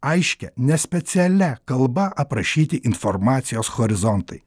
aiškia nespecialia kalba aprašyti informacijos horizontai